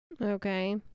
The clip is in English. okay